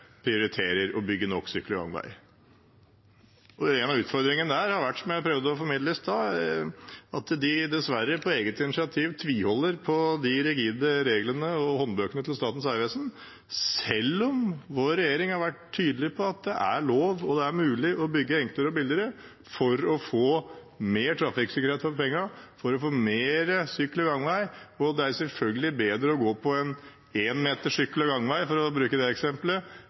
prioriterer å bygge nok sykkel- og gangvei. En av utfordringene der, som jeg prøvde å formidle i stad, har vært at de dessverre, på eget initiativ, tviholder på de rigide reglene og håndbøkene til Statens vegvesen, selv om vår regjering har vært tydelig på at det er lov, og mulig, å bygge enklere og billigere for å få mer trafikksikkerhet for pengene, for å få mer sykkel- og gangvei. Det er selvfølgelig bedre å gå på en sykkel- og gangvei på én meter, for å bruke det